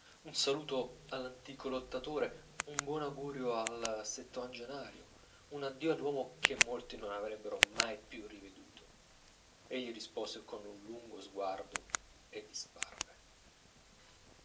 un saluto all'antico lottatore un buon augurio al settuagenario un addio all'uomo che molti non avrebbero mai più riveduto egli rispose con un lungo sguardo e